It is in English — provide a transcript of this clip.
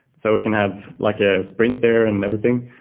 so we can have like ah sprint there and everything.